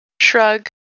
Shrug